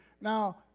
now